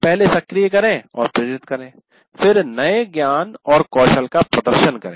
पहले सक्रिय करें और प्रेरित करें फिर नए ज्ञान और कौशल का प्रदर्शन करें